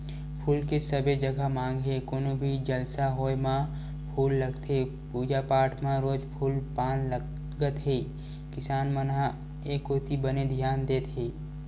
फूल के सबे जघा मांग हे कोनो भी जलसा होय म फूल लगथे पूजा पाठ म रोज फूल पान लगत हे किसान मन ह ए कोती बने धियान देत हे